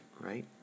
right